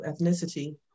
ethnicity